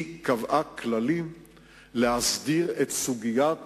היא קבעה כללים להסדרת סוגיית